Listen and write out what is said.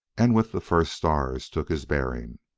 and with the first stars took his bearings.